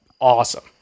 awesome